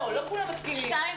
לא, לא כולם מסכימים, אנחנו מסכימים.